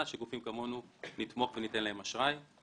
שגופים כמונו נתמוך וניתן להם אשראי.